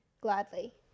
gladly